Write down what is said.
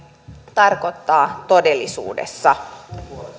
tarkoittaa todellisuudessa